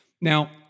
Now